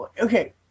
Okay